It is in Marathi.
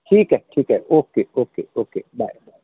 ठीक आहे ठीक आहे okay okay okay bye bye